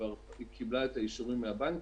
כבר קיבלה את האישורים מהבנקים,